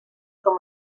com